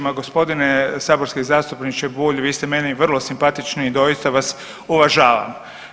Ma gospodine saborski zastupniče Bulj, vi ste meni vrlo simpatični i doista vas uvažavam.